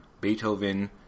Beethoven